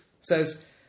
says